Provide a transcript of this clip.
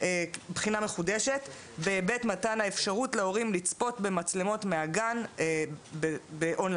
בחינה מחודשת בהיבט מתן האפשרות להורים לצפות במצלמות מהגן באון-ליין.